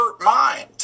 mind